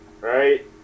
Right